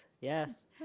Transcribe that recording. Yes